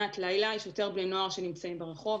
אנחנו יודעים שיש יותר בני נוער שנמצאים ברחוב.